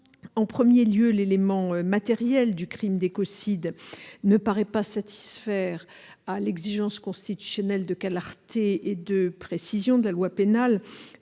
En premier lieu, l'élément matériel du crime d'écocide ne paraît pas satisfaire à l'exigence constitutionnelle de clarté et de précision de la loi pénale,